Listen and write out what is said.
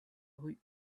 rue